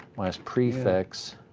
minus prefix.